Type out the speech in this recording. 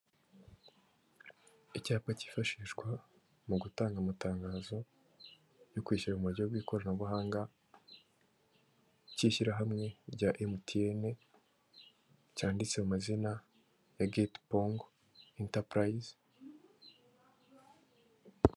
Icyapa cyifashishwa mu gutanga amatangazo yo kwishyura mu buryo bw'ikoranabuhanga, cy'ishyirahamwe rya MTN, cyanditse mu mazina ya getipongo intapurayizi.